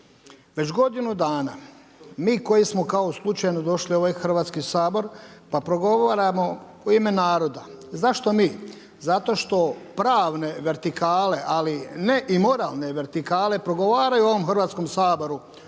Već godinu dana. Mi koji smo kao slučajno došli u ovaj Hrvatski sabor pa progovaramo u ime naroda. Zašto mi? Zato što pravne vertikale, ali i ne moralne vertikale, progovaraju u ovom Hrvatskom saboru,